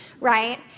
right